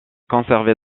conservé